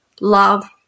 love